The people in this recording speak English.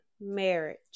marriage